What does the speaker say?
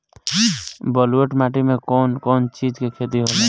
ब्लुअट माटी में कौन कौनचीज के खेती होला?